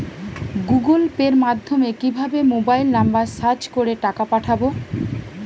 Google পের মাধ্যমে কিভাবে মোবাইল নাম্বার সার্চ করে টাকা পাঠাবো?